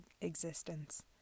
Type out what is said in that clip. existence